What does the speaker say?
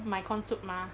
买 corn soup mah